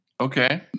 Okay